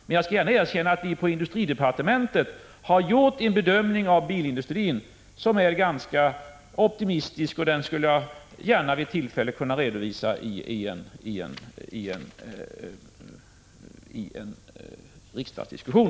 Men jag skall gärna erkänna att vi på industridepartementet har gjort en bedömning av bilindustrin som är ganska optimistik, och den är jag beredd 35 att vid tillfälle redovisa i en riksdagsdiskussion.